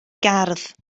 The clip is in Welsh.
gardd